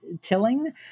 tilling